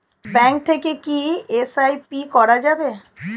Bank থেকে কী SIP করা যাবে?